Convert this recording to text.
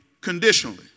conditionally